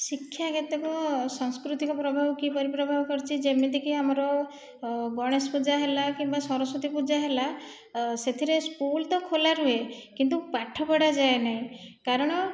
ଶିକ୍ଷା କେତେକ ସାଂସ୍କୃତିକ ପ୍ରଭାବ କିପରି ପ୍ରଭାବ କରିଛି ଯେମିତିକି ଆମର ଗଣେଶ ପୂଜା ହେଲା କିମ୍ବା ସରସ୍ଵତୀ ପୂଜା ହେଲା ସେଥିରେ ସ୍କୁଲ୍ ତ ଖୋଲା ରହେ କିନ୍ତୁ ପାଠ ପଢ଼ାଯାଏ ନାହିଁ କାରଣ